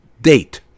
date